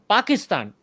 Pakistan